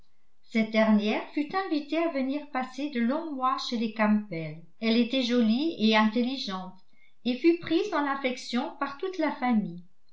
cette dernière fut invitée à venir passer de longs mois chez les campbell elle était jolie et intelligente et fut prise en affection par toute la famille